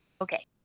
okay